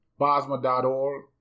Bosma.org